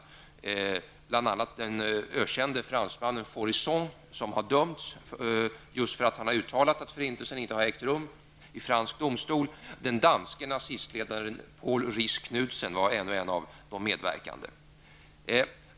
Det gäller bl.a. den ökände fransmannen Faurisson som i fransk domstol har dömts, därför att han har uttalat att förintelsen inte har ägt rum. Den danske nazistledaren Paul Riis Knudsen var också en av de medverkande.